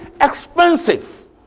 expensive